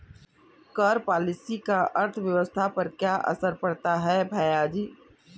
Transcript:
कर पॉलिसी का अर्थव्यवस्था पर क्या असर पड़ता है, भैयाजी?